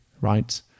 Right